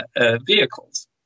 vehicles